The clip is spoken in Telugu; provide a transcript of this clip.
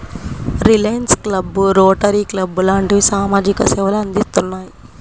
లయన్స్ క్లబ్బు, రోటరీ క్లబ్బు లాంటివి సామాజిక సేవలు అందిత్తున్నాయి